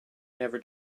never